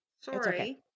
Sorry